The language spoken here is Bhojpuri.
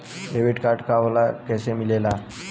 डेबिट कार्ड का होला कैसे मिलेला?